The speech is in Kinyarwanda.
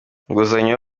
inguzanyo